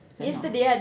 cannot ah